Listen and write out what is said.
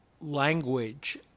language